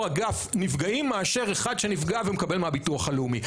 אגף נפגעים מאשר אחד שנפגע ומקבל מהביטוח הלאומי.